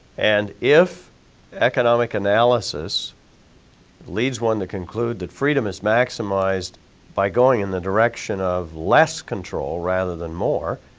and if economic analysis leads one to conclude that freedom is maximized by going in the direction of less control rather than more,